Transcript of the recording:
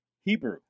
hebrew